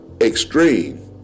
extreme